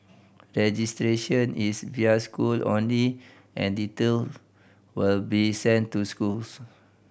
registration is via schools only and details will be sent to schools